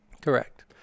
Correct